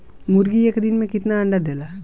मुर्गी एक दिन मे कितना अंडा देला?